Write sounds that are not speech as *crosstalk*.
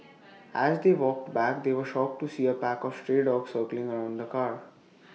*noise* as they walked back they were shocked to see A pack of stray dogs circling around the car *noise*